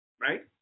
right